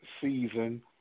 season